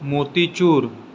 motichoor